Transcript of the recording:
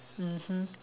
mmhmm